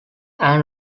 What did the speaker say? ann